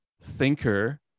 thinker